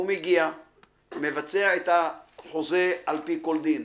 הוא מגיע וחותם על החוזה על פי כל דין.